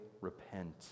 repent